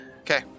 Okay